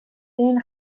این